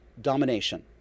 domination